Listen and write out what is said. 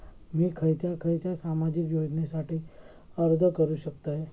मी खयच्या खयच्या सामाजिक योजनेसाठी अर्ज करू शकतय?